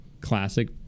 classic